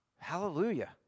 Hallelujah